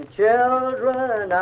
children